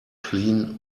clean